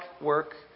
work